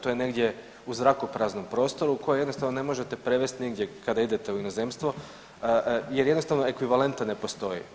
To je negdje u zrakopraznom prostoru koje jednostavno ne možete prevesti nigdje kada idete u inozemstvo jer jednostavno ekvivalent ne postoji.